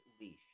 leash